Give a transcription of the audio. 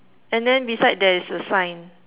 and then beside there is a sign